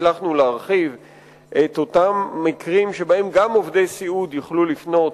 הצלחנו להרחיב את אותם מקרים שבהם גם עובדי סיעוד יוכלו לפנות